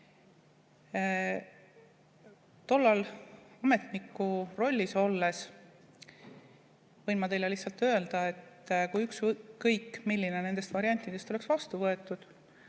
Tollal ametniku rollis olnuna võin ma teile lihtsalt öelda, et kui ükskõik milline nendest variantidest oleks vastu võetud,